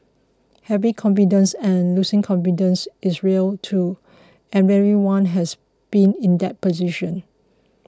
having confidence and losing confidence is real too and everyone has been in that position